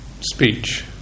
speech